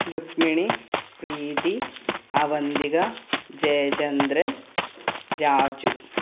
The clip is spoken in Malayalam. രുഗ്മിണി പ്രീതി അവന്തിക ജയചന്ദ്രൻ രാജു